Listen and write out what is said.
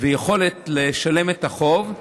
ותהיה לו יכולת לשלם את החוב,